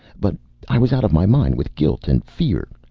but i was out of my mind with guilt and fear.